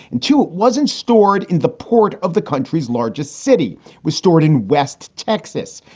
and two wasn't stored in the port of the country's largest city was stored in west texas,